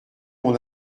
mon